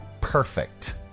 perfect